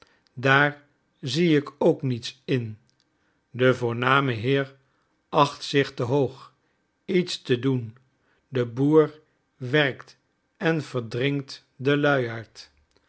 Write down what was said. daar zie ik ook niets in de voorname heer acht zich te hoog iets te doen de boer werkt en verdringt den luiaard